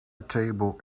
table